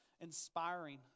inspiring